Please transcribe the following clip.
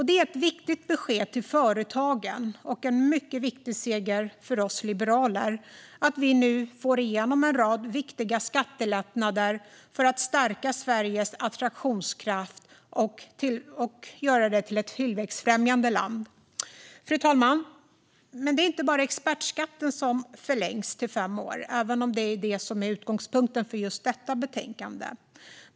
Det är ett viktigt besked till företagen och en mycket viktig seger för oss liberaler att vi nu får igenom en rad viktiga skattelättnader för att stärka Sveriges attraktionskraft och göra Sverige till ett tillväxtfrämjande land. Fru talman! Det handlar inte bara om att expertskatten förlängs till fem år, även om det är utgångspunkten för just detta betänkande.